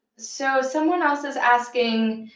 so someone else is asking,